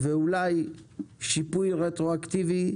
ואולי שיפוי רטרואקטיבי,